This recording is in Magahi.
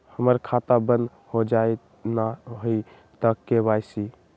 हमर खाता बंद होजाई न हुई त के.वाई.सी?